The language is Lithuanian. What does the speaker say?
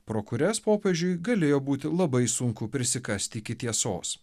pro kurias popiežiui galėjo būti labai sunku prisikasti iki tiesos